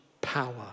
Power